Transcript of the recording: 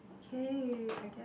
k I guess